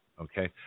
Okay